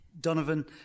Donovan